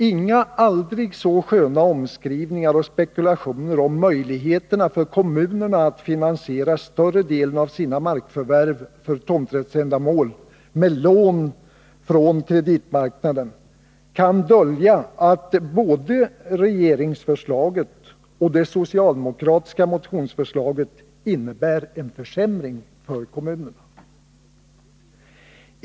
Inga aldrig så sköna omskrivningar och spekulationer om möjligheterna för kommunerna att finansiera större delen av sina markför 109 värv för tomträttsändamål med lån från kreditmarknaden kan dölja att både regeringsförslaget och det socialdemokratiska motionsförslaget innebär en försämring för kommunerna.